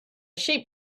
sheep